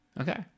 Okay